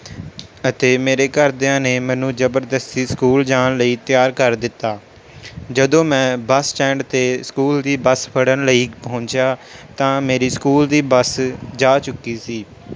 ਅਤੇ ਮੇਰੇ ਘਰਦਿਆਂ ਨੇ ਮੈਨੂੰ ਜਬਰਦਸਤੀ ਸਕੂਲ ਜਾਣ ਲਈ ਤਿਆਰ ਕਰ ਦਿੱਤਾ ਜਦੋਂ ਮੈਂ ਬੱਸ ਸਟੈਂਡ 'ਤੇ ਸਕੂਲ ਦੀ ਬੱਸ ਫੜ੍ਹਨ ਲਈ ਪਹੁੰਚਿਆ ਤਾਂ ਮੇਰੀ ਸਕੂਲ ਦੀ ਬੱਸ ਜਾ ਚੁੱਕੀ ਸੀ